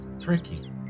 Tricky